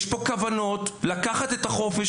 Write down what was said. יש פה כוונות לקחת את החופש,